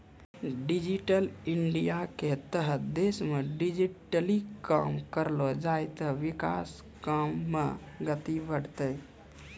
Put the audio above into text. digital इंडियाके तहत देशमे डिजिटली काम करलो जाय ते विकास काम मे गति बढ़तै